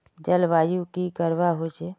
जलवायु की करवा होचे?